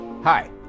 Hi